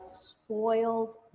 spoiled